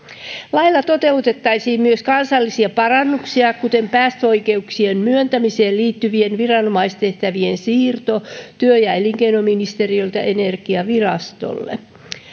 lailla toteutettaisiin myös kansallisia parannuksia kuten päästöoikeuksien myöntämiseen liittyvien viranomaistehtävien siirto työ ja elinkeinoministeriöltä energiavirastolle